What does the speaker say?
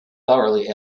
thoroughly